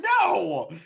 No